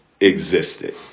existed